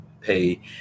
pay